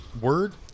Word